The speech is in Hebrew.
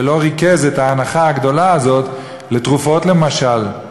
ולא ריכז את כל ההנחה הגדולה הזאת בתרופות למשל,